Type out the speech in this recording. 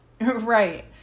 Right